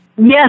Yes